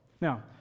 Now